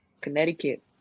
Connecticut